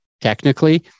Technically